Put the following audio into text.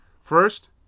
First